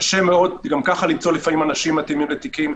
קשה מאוד גם כך למצוא לפעמים אנשים מתאימים לתיקים.